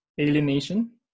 alienation